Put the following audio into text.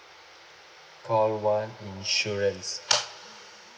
call one insurance